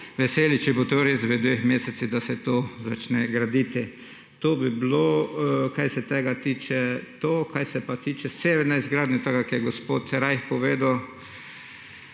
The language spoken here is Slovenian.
veseli, če bo to res v dveh mesecih, da se to začne graditi. To bi bilo, kar se tega tiče, to. Kar se pa tiče severne izgradnje, tega, kar je gospod Rajh povedal,